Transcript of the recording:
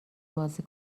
بازی